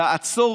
לעצור